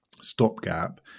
stopgap